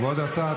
כבוד השר,